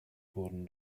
wurden